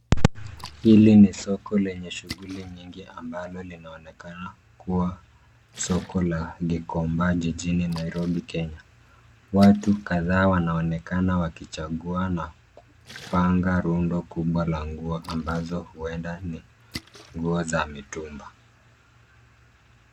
Hili ni soko lenye shughuli nyingi ambalo linaonekana kuwa soko la Gikomba jijini Nairobi Kenya. Watu kadhaa wanaonekana wakichagua na kupanga rundo kubwa la nguo ambazo huenda ni nguo za mitumba.